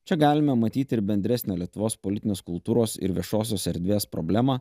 čia galime matyti ir bendresnę lietuvos politinės kultūros ir viešosios erdvės problemą